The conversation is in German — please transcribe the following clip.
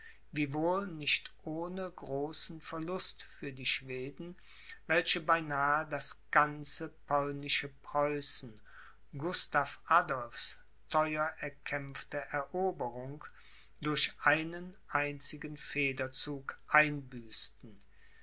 wiewohl nicht ohne großen verlust für die schweden welche beinahe das ganze polnische preußen gustav adolphs theuer erkämpfte eroberung durch einen einzigen federzug